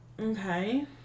Okay